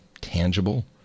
tangible